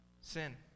Sin